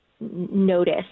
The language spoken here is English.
notice